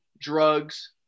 drugs